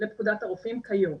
לפקודת הרופאים כיום.